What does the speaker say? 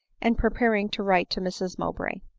and prepar ing to write to mrs mowbray.